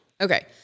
Okay